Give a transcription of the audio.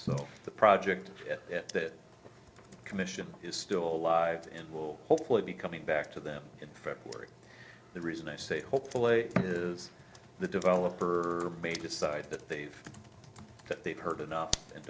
so the project that commission is still alive and will hopefully be coming back to them in february the reason i say hopefully is the developer may decide that they've heard enough and